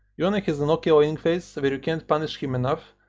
yone like has an ok lane phase, where you cant punish him enough,